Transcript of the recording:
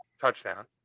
touchdown